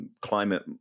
climate